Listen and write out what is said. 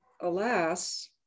alas